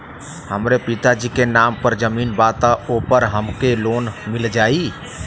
हमरे पिता जी के नाम पर जमीन बा त ओपर हमके लोन मिल जाई?